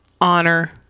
honor